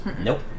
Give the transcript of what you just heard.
Nope